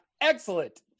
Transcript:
Excellent